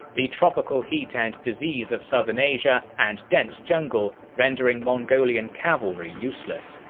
the tropical heat and disease of southern asia and dense jungle rendering mongolian cavalry useless.